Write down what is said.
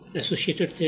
associated